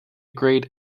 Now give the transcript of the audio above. grade